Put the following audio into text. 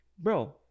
Bro